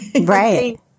Right